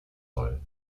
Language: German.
soll